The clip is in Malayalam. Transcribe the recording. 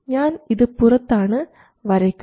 ഞാൻ ഇത് പുറത്താണ് വരയ്ക്കുന്നത്